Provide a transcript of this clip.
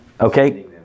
Okay